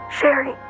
Sherry